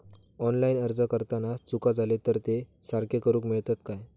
Online अर्ज भरताना चुका जाले तर ते सारके करुक मेळतत काय?